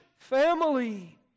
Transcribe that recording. Family